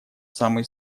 самые